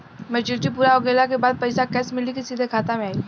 Maturity पूरा हो गइला के बाद पईसा कैश मिली की सीधे खाता में आई?